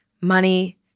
money